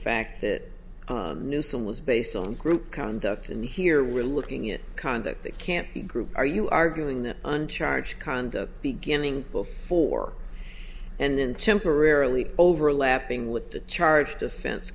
fact that i knew some was based on group conduct and here we're looking at conduct they can't the group are you arguing that uncharged conduct beginning before and then temporarily overlapping with the charged offense